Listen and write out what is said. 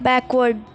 backward